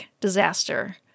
disaster